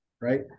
right